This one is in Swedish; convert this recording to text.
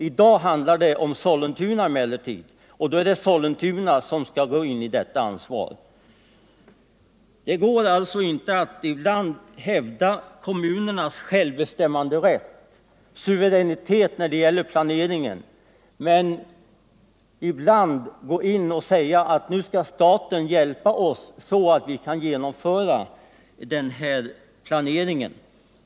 I dag handlar det dock om Sollentuna, och då är det Sollentuna som skall ta på sig det ansvaret. Det går inte att ibland hävda kommunernas självbestämmanderätt och suveränitet när det gäller planeringen och ibland säga att nu skall staten hjälpa oss att genomföra planeringen.